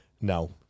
No